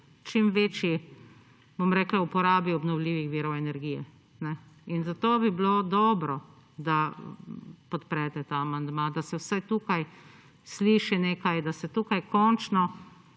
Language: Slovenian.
čim večji, bom rekla uporabi obnovljivih virov energije. In zato bi bilo dobro, da podprete ta amandma, da se vsaj tukaj sliši nekaj, da se tukaj končno